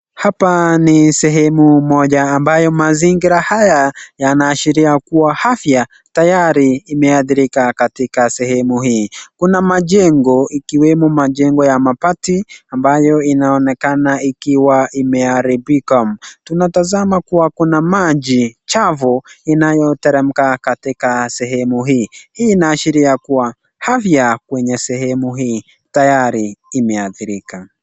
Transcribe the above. Hapa ni sehemu moja ambayo mazingira haya yanahashiria kuwa afya tarayi imehadhirika katika sehemu hii. Kuna majengo ikiwemo majengo ya mabati, ambayo inaonekana ikiwa imeharibika. Tunatazama kuwa kuna maji chafu inayo teremka katika sehemu hii. Hii inahashiria kuwa afya kwenye sehemu hii tayari imehadhiribika.